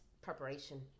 preparation